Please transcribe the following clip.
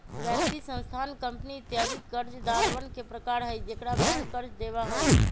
व्यक्ति, संस्थान, कंपनी इत्यादि कर्जदारवन के प्रकार हई जेकरा बैंक कर्ज देवा हई